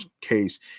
case